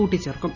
കൂട്ടിച്ചേർക്കും